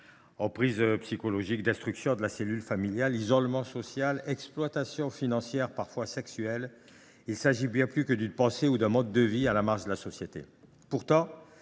Emprise psychologique, destruction de la cellule familiale, isolement social, exploitation financière, voire sexuelle : il s’agit de bien plus que d’une pensée ou d’un mode de vie située à la marge de la société.